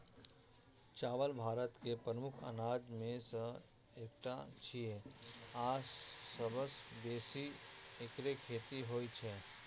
चावल भारत के प्रमुख अनाज मे सं एकटा छियै आ सबसं बेसी एकरे खेती होइ छै